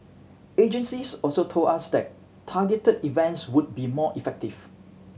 agencies also told us that targeted events would be more effective